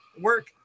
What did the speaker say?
work